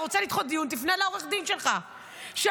אתה